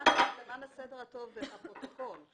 למען הסדר הטוב ולפרוטוקול.